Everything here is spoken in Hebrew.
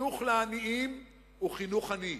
חינוך לעניים הוא חינוך עני.